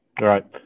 right